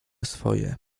swoje